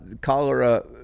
cholera